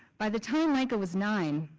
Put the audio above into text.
by the time mica was nine,